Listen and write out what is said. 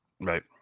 Right